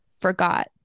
forgot